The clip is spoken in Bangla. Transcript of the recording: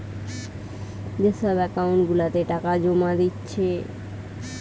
যে সব একাউন্ট গুলাতে টাকা জোমা দিচ্ছে